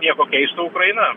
nieko keisto ukraina